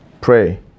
Pray